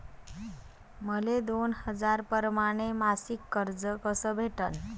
मले दोन हजार परमाने मासिक कर्ज कस भेटन?